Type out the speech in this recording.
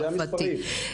צרפתיים.